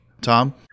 Tom